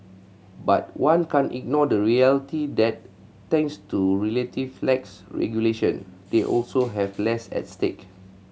but one can't ignore the reality that thanks to relative lax regulation they also have less at stake